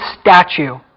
statue